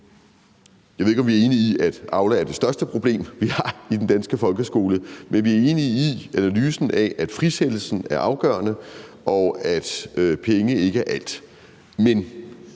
Jeg ved ikke, om vi er enige i, at Aula er det største problem, vi har i den danske folkeskole, men vi er enige i analysen af, at frisættelsen er afgørende, og at penge ikke er alt.